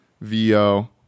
Vo